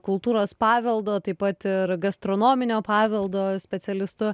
kultūros paveldo taip pat ir gastronominio paveldo specialistu